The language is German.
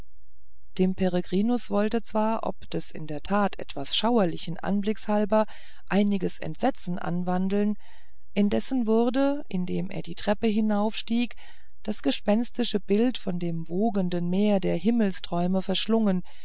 dem peregrinus wollte zwar ob des in der tat etwas schauerlichen anblicks halber einiges entsetzen anwandeln indessen wurde indem er die treppe hinaufstieg das gespenstische bild von dem wogenden meer der himmelsträume verschlungen